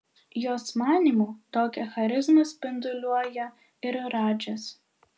jos manymu tokią charizmą spinduliuoja ir radžis